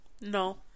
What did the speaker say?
No